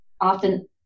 often